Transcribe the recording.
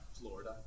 Florida